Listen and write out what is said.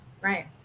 right